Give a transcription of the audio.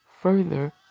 further